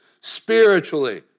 spiritually